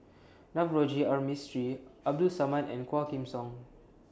Navroji R Mistri Abdul Samad and Quah Kim Song